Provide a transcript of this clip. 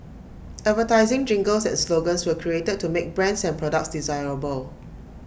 advertising jingles and slogans were created to make brands and products desirable